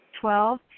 Twelve